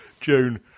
June